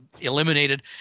eliminated